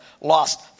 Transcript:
lost